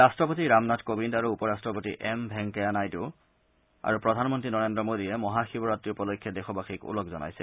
ৰাট্টপতি ৰামনাথ কোবিন্দ আৰু উপ ৰাট্টপতি এম ভেংকায়া নাইডু আৰু প্ৰধানমন্ত্ৰী নৰেন্দ্ৰ মোদীয়ে মহা শিৱৰাত্ৰি উপলক্ষে দেশবাসীক ওলগ জনাইছে